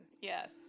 yes